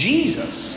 Jesus